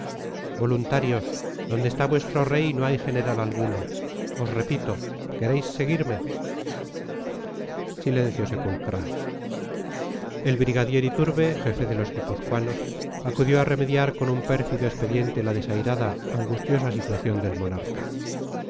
voluntarios donde está vuestro rey no hay general alguno os repito queréis seguirme silencio sepulcral el brigadier iturbe jefe de los guipuzcoanos acudió a remediar con un pérfido expediente la desairada angustiosa situación del monarca